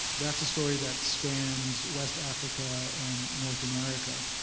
that's a story that spans west africa and north america.